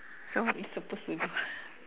so what we supposed to do